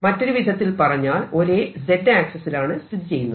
മറ്റൊരുവിധത്തിൽ പറഞ്ഞാൽ ഒരേ Z ആക്സിസിലാണ് സ്ഥിതി ചെയ്യുന്നത്